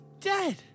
dead